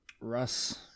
russ